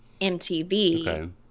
MTV